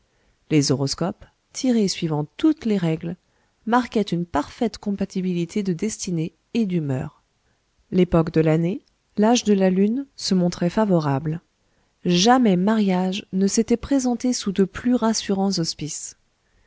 les horoscopes tirés suivant toutes les règles marquaient une parfaite compatibilité de destinées et d'humeur l'époque de l'année l'âge de la lune se montraient favorables jamais mariage ne s'était présenté sous de plus rassurants auspices